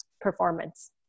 performance